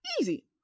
easy